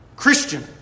Christian